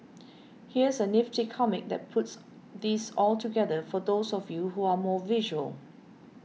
here's a nifty comic that puts this all together for those of you who are more visual